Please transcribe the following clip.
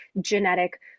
genetic